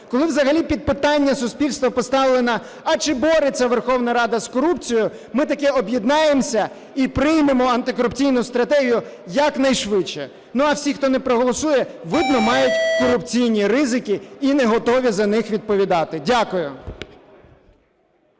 коли взагалі під питання суспільства поставлено, а чи бореться Верховна Рада з корупцією, ми таки об'єднаємося і приймемо антикорупційну стратегію якнайшвидше. Ну, а всі, хто не проголосує, видно, мають корупційні ризики і не готові за них відповідати. Дякую.